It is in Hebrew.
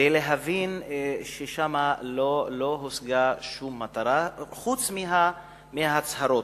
כדי להבין ששם לא הושגה שום מטרה חוץ מהצהרות.